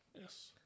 yes